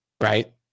right